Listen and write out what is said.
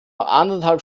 anderthalb